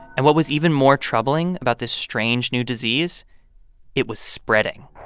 and what was even more troubling about this strange new disease it was spreading.